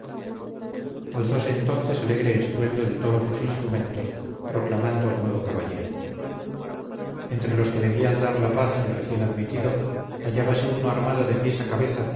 hidalgo alzóse entonces alegre estruendo de todos los instrumentos proclamando al nuevo caballero entre los que debían dar la paz al recién admitido hallábase uno armado de pies a cabeza